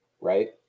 Right